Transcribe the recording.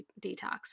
detox